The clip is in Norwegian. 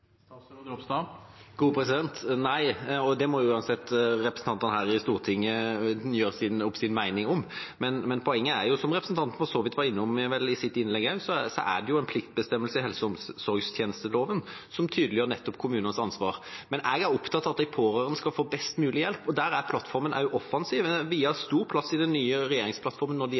Nei, og det må uansett representantene her i Stortinget gjøre seg opp en mening om. Men poenget er, som representanten Lundteigen for så vidt var innom i innlegget sitt, at det er en pliktbestemmelse i helse- og omsorgstjenesteloven som tydeliggjør nettopp kommunenes ansvar. Jeg er opptatt av at de pårørende skal få best mulig hjelp, og der er regjeringsplattformen offensiv. Det er viet stor plass til de pårørende i den nye regjeringsplattformen.